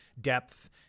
depth